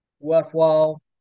worthwhile